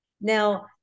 Now